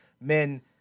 Men